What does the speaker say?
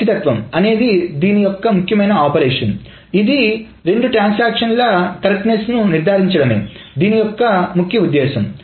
ఖచ్చితత్వం అనేది దీని యొక్క ముఖ్యమైన ఆపరేషన్ ఇది 2 ట్రాన్సాక్షన్ల ఖచ్చితత్వాన్ని నిర్ధారించడమే దీని యొక్క ముఖ్య ఉద్దేశం